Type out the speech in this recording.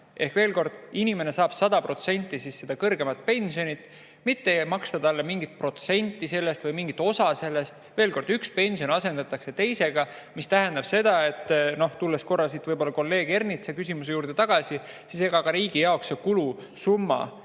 Ehk veel kord: inimene saab 100% seda kõrgemat pensioni, mitte ei maksta talle mingit protsenti sellest või mingit osa sellest. Üks pension asendatakse teisega. See tähendab seda – noh, kui tulla korra veel kolleeg Ernitsa küsimuse juurde tagasi –, et ega ka riigi jaoks kulusumma